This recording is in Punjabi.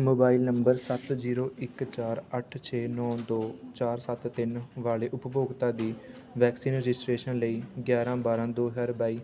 ਮੋਬਾਈਲ ਨੰਬਰ ਸੱਤ ਜ਼ੀਰੋ ਇੱਕ ਚਾਰ ਅੱਠ ਛੇ ਨੌ ਦੋ ਚਾਰ ਸੱਤ ਤਿੰਨ ਵਾਲੇ ਉਪਭੋਗਤਾ ਦੀ ਵੈਕਸੀਨ ਰਜਿਸਟ੍ਰੇਸ਼ਨ ਲਈ ਗਿਆਰ੍ਹਾਂ ਬਾਰ੍ਹਾਂ ਦੋ ਹਜ਼ਾਰ ਬਾਈ